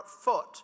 foot